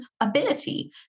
ability